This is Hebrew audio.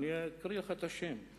אקריא לך את השם.